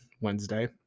Wednesday